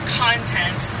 content